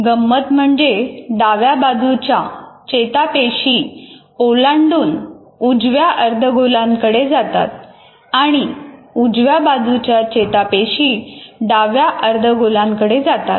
गंमत म्हणजे डाव्या बाजूच्या चेतापेशी ओलांडून उजव्या अर्धगोलाकडे जातात आणि उजव्या बाजूच्या चेतापेशी डाव्या अर्धगोलाकडे जातात